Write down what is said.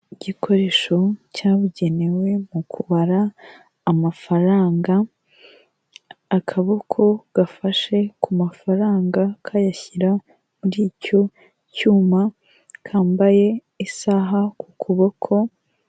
Igikoresho cyabugenewe mu kubara amafaranga, akaboko gafashe ku mafaranga kayashyira muri icyo cyuma kambaye isaha ku kuboko.